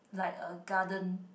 like a garden